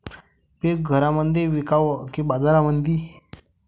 पीक घरामंदी विकावं की बाजारामंदी?